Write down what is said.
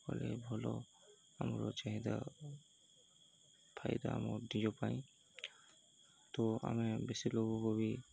କଲେ ଭଲ ଆମର ଚାହିଦା ଫାଇଦା ଆମକୁ ନିଜ ପାଇଁ ତ ଆମେ ବେଶୀ ଲୋକ ବି